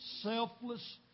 selfless